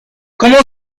como